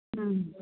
ਹੁੰ